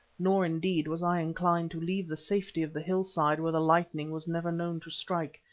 nor, indeed, was i inclined to leave the safety of the hillside where the lightning was never known to strike,